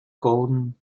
golden